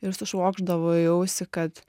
ir sušvogždavo į ausį kad